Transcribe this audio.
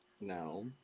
no